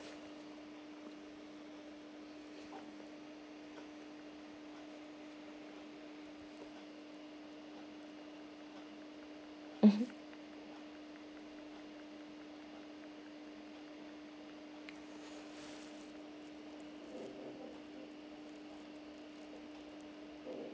mmhmm